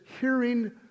hearing